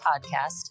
Podcast